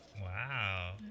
wow